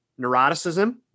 neuroticism